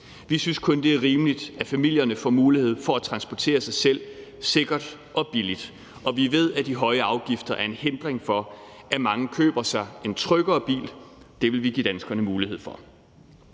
Vi synes, at det kun er rimeligt, at familierne får mulighed for at transportere sig selv sikkert og billigt, og vi ved, at de høje afgifter er en hindring for, at mange køber sig en tryggere bil. Det vil vi give danskerne mulighed for.